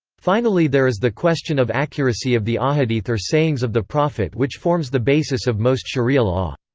finally there is the question of accuracy of the ah ahadith or sayings of the prophet which forms the basis of most sharia law.